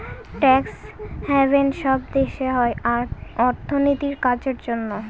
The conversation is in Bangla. ট্যাক্স হ্যাভেন সব দেশে হয় অর্থনীতির কাজের জন্য